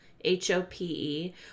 H-O-P-E